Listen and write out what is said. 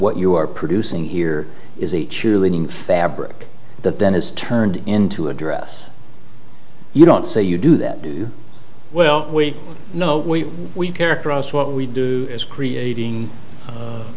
you are producing here is a cheerleading fabric that then is turned into a dress you don't say you do that do you well we know we characterized what we do as creating u